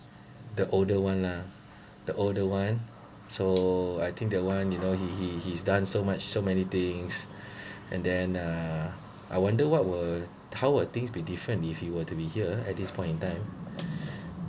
the older one lah the older [one] so I think that one you know he he he's done so much so many things and then uh I wonder what were how will things be different if he were to be here at this point in time